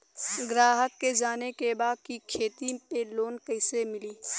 ग्राहक के जाने के बा की खेती पे लोन कैसे मीली?